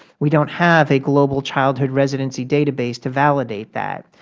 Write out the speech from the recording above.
we don't have a global childhood residency database to validate that,